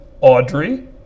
Audrey